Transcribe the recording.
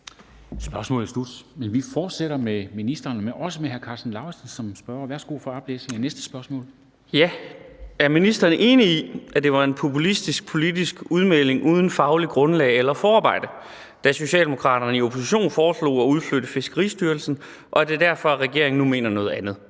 Spm. nr. S 744 6) Til ministeren for fødevarer, fiskeri og ligestilling af: Karsten Lauritzen (V): Er ministeren enig i, at det var en populistisk politisk melding uden fagligt grundlag eller forarbejde, da Socialdemokraterne i opposition foreslog at udflytte Fiskeristyrelsen, og er det derfor, at regeringen nu mener noget andet?